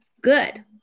good